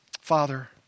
Father